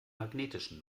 magnetischen